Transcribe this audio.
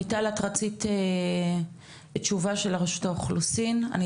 מיטל את רצית תשובה של רשות האוכלוסין וההגירה,